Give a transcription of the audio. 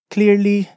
Clearly